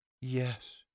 Yes